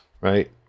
right